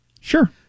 Sure